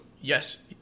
yes